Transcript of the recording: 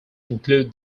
include